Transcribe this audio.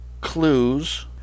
clues